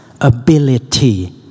ability